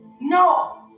no